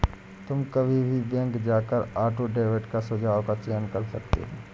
तुम कभी भी बैंक जाकर ऑटो डेबिट का सुझाव का चयन कर सकते हो